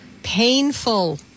painful